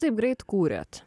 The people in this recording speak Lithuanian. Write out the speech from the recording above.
taip greit kūrėt